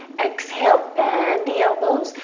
exhale, bend the elbows.